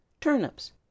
Turnips